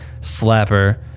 slapper